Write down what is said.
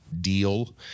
deal